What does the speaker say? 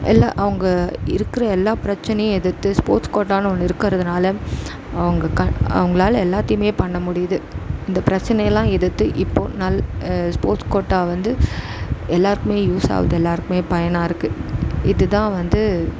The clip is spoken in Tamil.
எல்லாம் அவங்க இருக்கிற எல்லா பிரச்சினையும் எதிர்த்து ஸ்போர்ட்ஸ் கோட்டான்னு ஒன்று இருக்கிறதுனால அவங்க க அவங்களால எல்லாத்தையும் பண்ண முடியுது இந்த பிரச்சினையெல்லாம் எதிர்த்து இப்போ நல் ஸ்போர்ட்ஸ் கோட்டா வந்து எல்லோருக்குமே யூஸ் ஆகுது எல்லோருக்குமே பயனாக இருக்குது இது தான் வந்து